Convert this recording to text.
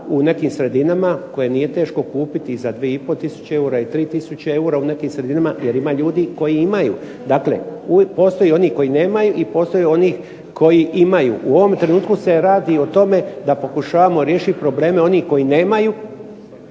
u nekim sredinama koje nije teško kupiti za 2,5 tisuće eura i 3 tisuće eura u nekim sredinama jer ima ljudi koji imaju. Dakle, uvijek postoje oni koji nemaju i postoje oni koji imaju. U ovom trenutku se radi o tome da pokušavamo riješit probleme onih koji nemaju,